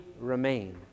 remain